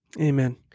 Amen